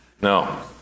No